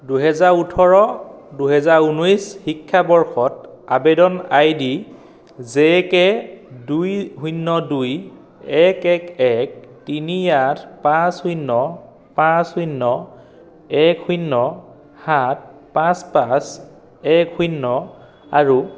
দুহেজাৰ ওঠৰ দুহেজাৰ ঊনৈছ শিক্ষাবৰ্ষত আবেদন আইডি জে কে দুই শূন্য দুই এক এক এক তিনি আঠ পাঁচ শূন্য পাঁচ শূন্য এক শূন্য সাত পাঁচ পাঁচ এক শূন্য আৰু